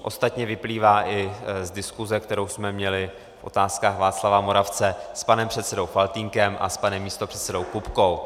Ostatně vyplývá i z diskuse, kterou jsme měli v Otázkách Václava Moravce s panem předsedou Faltýnkem a s panem místopředsedou Kupkou.